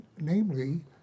Namely